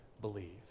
believe